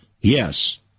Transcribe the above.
Yes